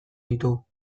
ditu